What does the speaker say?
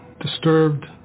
disturbed